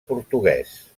portuguès